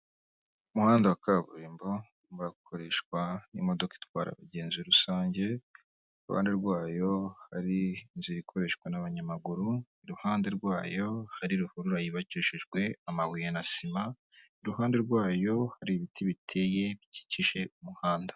Umuhanda wa kaburimbo urakoreshwa n'imodoka itwara abagenzi rusange, ku ruhande rwayo hari inzira ikoreshwa n'abanyamaguru, iruhande rwayo hari ruhurura yubakishijwe amabuye na sima, iruhande rwayo hari ibiti biteye bikikije umuhanda.